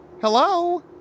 Hello